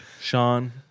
Sean